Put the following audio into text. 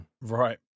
Right